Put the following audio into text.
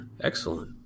Excellent